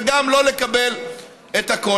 וגם אז לא לקבל את הכול.